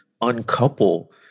uncouple